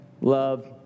Love